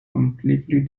completely